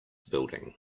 building